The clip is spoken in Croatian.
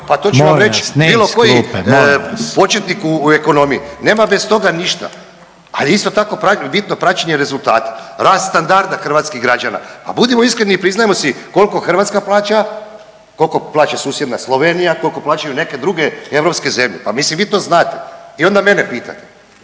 ne iz klupe, molim vas./... početnik u ekonomiju, nema bez toga ništa. Ali isto tako bitno praćenje rezultata, rast standarda hrvatskih građana. Pa budimo iskreni i priznajmo si koliko Hrvatska plaća, koliko plaća susjedna Slovenija, koliko plaćaju neke druge europske zemlje. Pa mislim, vi to znate. I onda mene pitate.